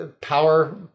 power